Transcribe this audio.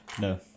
No